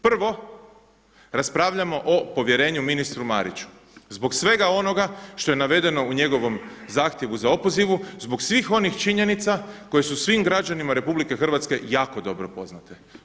Prvo, raspravljamo o povjerenju ministru Mariću, zbog svega onoga što je navedeno u njegovom zahtjevu za opozivu, zbog svih onih činjenica koje su svim građanima RH jako dobro poznate.